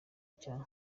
icya